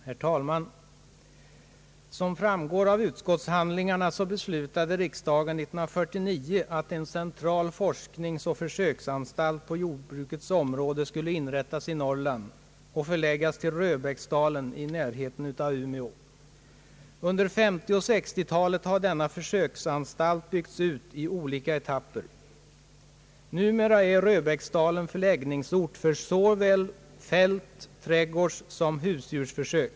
Herr talman! Såsom framgår av utskottshandlingarna beslutade riksdagen 1949 att en central forskningsoch försöksanstalt på jordbrukets område skulle inrättas i Norrland och förläggas till Röbäcksdalen i närheten av Umeå. Under 1950 och 1960-talen har denna försöksanstalt byggts ut i olika etapper. Numera är Röbäcksdalen förläggningsort för såväl fältoch trädgårdsförsök som husdjursförsök.